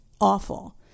awful